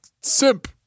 simp